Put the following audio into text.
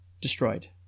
Destroyed